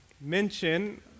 mention